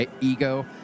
ego